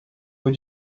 bout